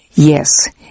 Yes